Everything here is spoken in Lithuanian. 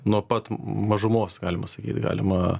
nuo pat mažumos galima sakyt galima